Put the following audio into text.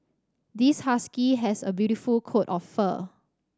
this husky has a beautiful coat of fur